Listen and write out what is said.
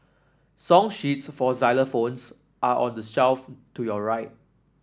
song sheets for xylophones are on the shelf to your right